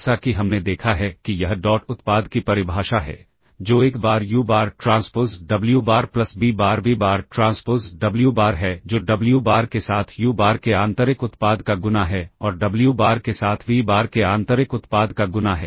जैसा कि हमने देखा है कि यह डॉट उत्पाद की परिभाषा है जो एक बार U bar transpose W bar plus B bar V bar transpose W bar है जो डब्ल्यू बार के साथ यू बार के आंतरिक उत्पाद का गुना है और डब्ल्यू बार के साथ वी बार के आंतरिक उत्पाद का गुना है